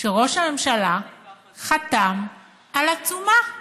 שראש הממשלה חתם על עצומה.